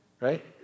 Right